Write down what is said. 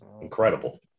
Incredible